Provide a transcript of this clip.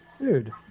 Dude